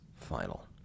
final